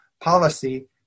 policy